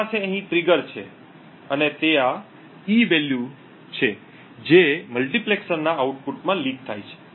આપણી પાસે અહીં ટ્રિગર છે અને આ E વેલ્યુ તે છે જે મલ્ટીપ્લેક્સરના આઉટપુટમાં લિક થાય છે